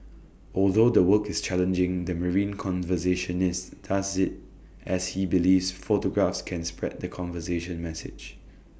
although the work is challenging the marine conservationist does IT as he believes photographs can spread the conservation message